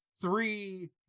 three